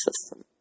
system